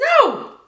no